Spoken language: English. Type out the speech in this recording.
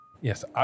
Yes